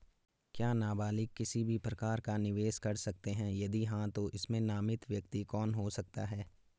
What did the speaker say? क्या नबालिग किसी भी प्रकार का निवेश कर सकते हैं यदि हाँ तो इसमें नामित व्यक्ति कौन हो सकता हैं?